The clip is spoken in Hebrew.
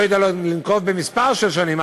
לא יודע לנקוב במספר השנים,